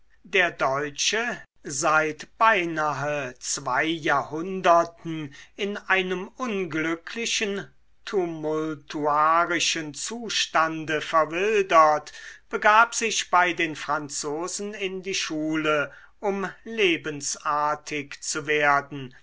der deutsche seit beinahe zwei jahrhunderten in einem unglücklichen tumultuarischen zustande verwildert begab sich bei den franzosen in die schule um lebensartig zu werden